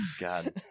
God